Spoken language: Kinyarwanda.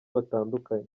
batandukanye